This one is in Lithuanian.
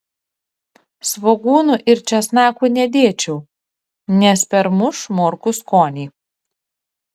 svogūnų ir česnakų nedėčiau nes permuš morkų skonį